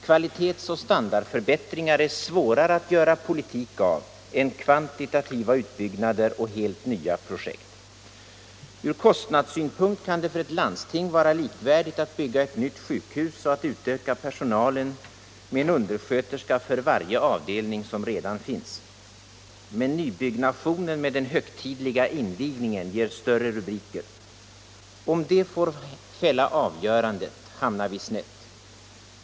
Kvalitets och standardförbättringar är svårare att ”göra politik” av än kvantitativa utbyggnader och helt nya projekt. Ur kostnadssynpunkt kan det för ett landsting vara likvärdigt att bygga ett nytt sjukhus och att utöka personalen med en undersköterska för varje avdelning som redan finns. Men nybyggnationen med den högtidliga invigningen ger större rubriker. Om det får fälla avgörandet hamnar vi snett.